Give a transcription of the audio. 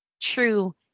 true